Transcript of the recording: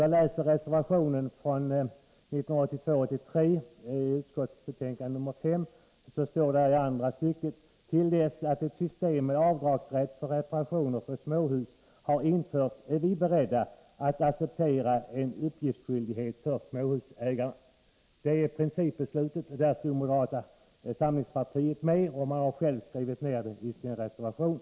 Jag läser i reservationen till skatteutskottets betänkande 1982/83:5 i andra stycket: ”Till dess att ett system med avdragsrätt för reparationer på småhus har införts är vi beredda att acceptera en uppgiftsskyldighet för småhusägaren.” Detta är principbeslutet, och det var moderata samlingspartiet med på — de har själva skrivit ner det i sin reservation.